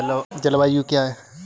जलवायु क्या है?